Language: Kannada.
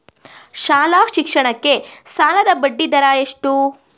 ಶಾಲಾ ಶಿಕ್ಷಣಕ್ಕೆ ಸಾಲದ ಬಡ್ಡಿದರ ಎಷ್ಟು?